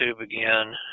again